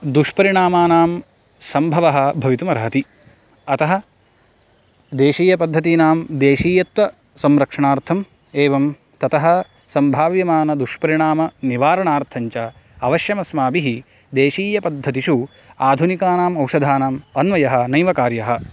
दुष्परिणामानां सम्भवः भवितुम् अर्हति अतः देशीयपद्धतीनां देशीयत्वसंरक्षणार्थम् एवं ततः सम्भाव्यमानदुष्परिणामनिवारणार्थञ्च अवश्यम् अस्माभिः देशीयपद्धतिषु आधुनिकानाम् औषधानाम् अन्वयः नैव कार्यः